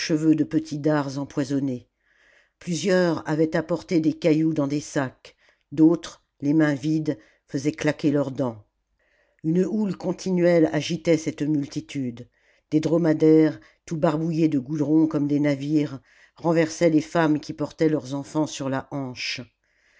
de petits dards empoisonnés plusieurs avaient apporté des cailloux dans des sacs d'autres les mains vides faisaient claquer leurs dents une houle continuelle agitait cette multitude des dromadaires tout barbouillés de goudron comme des navires renversaient les femmes qui portaient leurs enfants sur la hanche